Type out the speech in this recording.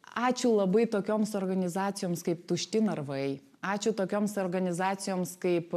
ačiū labai tokioms organizacijoms kaip tušti narvai ačiū tokioms organizacijoms kaip